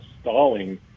stalling